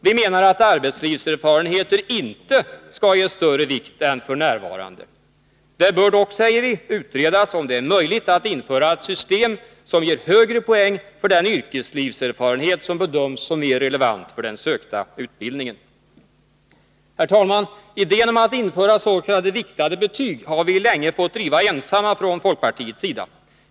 Vi menar att arbetslivserfarenheter inte skall ges större vikt än f. n. Det bör dock, säger vi, utredas om det är möjligt att införa ett system som ger högre poäng för den yrkeslivserfarenhet som bedöms som mer relevant för den sökta utbildningen. Herr talman! Idén om att införa s.k. viktade betyg har vi länge fått driva ensamma från folkpartiets sida.